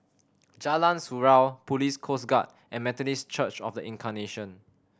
Jalan Surau Police Coast Guard and Methodist Church Of The Incarnation